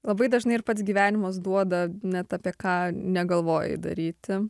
labai dažnai ir pats gyvenimas duoda net apie ką negalvojai daryti